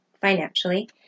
financially